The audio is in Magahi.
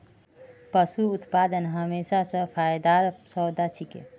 पशू उत्पादन हमेशा स फायदार सौदा छिके